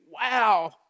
wow